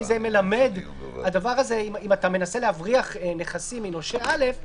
כי אם אתה מנסה להבריח נכסים מנושה א',